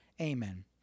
Amen